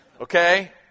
Okay